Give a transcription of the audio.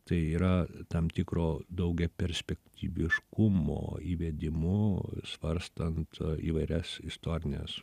tai yra tam tikro daugiaperspektyviškumo įvedimu svarstant įvairias istorines